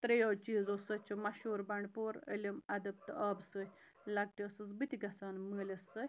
ترٛیٚیو چیٖزو سۭتۍ چھِ مَشہوٗر بنٛڈ پوٗر علم اَدَب تہٕ آبہٕ سۭتۍ لَکٹہِ ٲسٕس بہٕ تہِ گژھان مٲلِس سۭتۍ